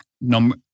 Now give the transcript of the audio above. number